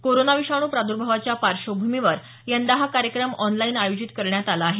corona विषाणू प्रादर्भावाच्या पार्श्वभूमीवर यंदा हा कार्यक्रम ऑनलाईन आयोजित करण्यात आला आहे